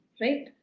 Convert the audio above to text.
right